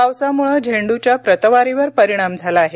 पावसामुळे झेंड्रच्या प्रतवारीवर परिणाम झाला आहे